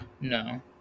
No